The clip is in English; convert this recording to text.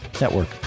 Network